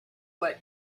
what